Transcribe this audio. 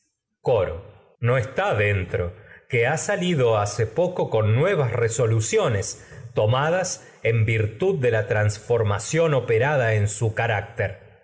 coro no está dentro ha salido hace poco con nuevas resoluciones tomadas en virtud de la transfor mación operada en su carácter